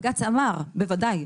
בג"ץ אמר: ודאי,